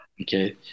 Okay